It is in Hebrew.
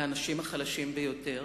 לאנשים החלשים ביותר,